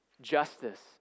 justice